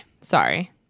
Sorry